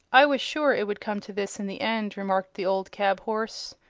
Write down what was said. i was sure it would come to this, in the end, remarked the old cab-horse.